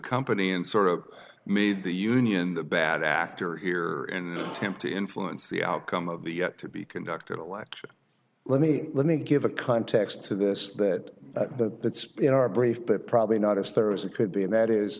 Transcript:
company and sort of made the union the bad actor here in temp to influence the outcome of the yet to be conducted election let me let me give a context to this that it's in our brief but probably not as thorough as it could be and that is